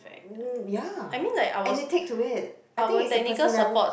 mm ya and it take to it I think it's a personali~